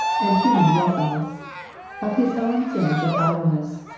and human wilfulness of his own sins of idle ness,